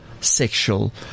Sexual